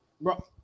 Bro